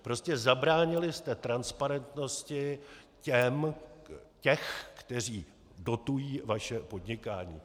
Prostě zabránili jste transparentnosti těch, kteří dotují vaše podnikání.